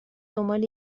دنبال